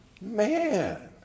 Man